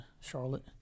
Charlotte